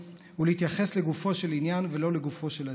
ולהתייחס לגופו של עניין ולא לגופו של אדם.